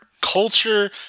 culture